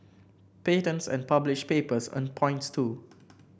patents and published papers earn points too